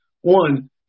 One